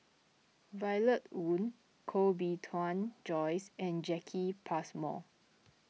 Violet Oon Koh Bee Tuan Joyce and Jacki Passmore